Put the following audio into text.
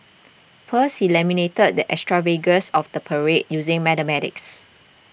first he lamented the extravagance of the parade using mathematics